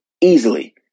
easily